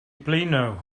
blino